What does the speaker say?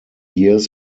years